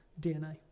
DNA